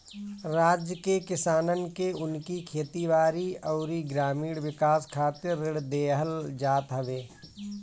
राज्य के किसानन के उनकी खेती बारी अउरी ग्रामीण विकास खातिर ऋण देहल जात हवे